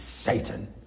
Satan